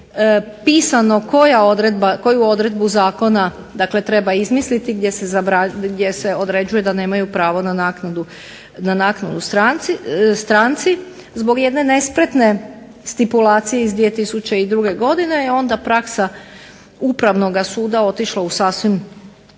pisano koju odredbu Zakona treba izmisliti gdje se određuje da nemaju pravo na naknadu stranci, zbog jedne nespretne stipulacije iz 2002. godine onda praksa Upravnog suda otišla u sasvim